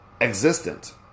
existent